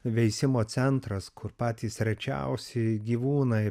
veisimo centras kur patys rečiausi gyvūnai